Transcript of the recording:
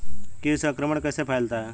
कीट संक्रमण कैसे फैलता है?